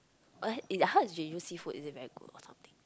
oh then how is Jeju seafood is it very good or something